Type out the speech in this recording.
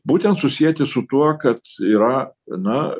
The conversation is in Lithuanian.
būtent susieti su tuo kad yra na